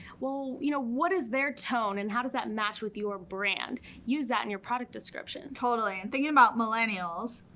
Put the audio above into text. well, you know what is their tone? and how does that match with your brand? use that in your product descriptions. totally, and thinking about millennials,